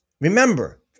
Remember